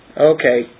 Okay